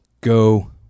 go